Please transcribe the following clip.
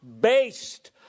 based